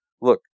look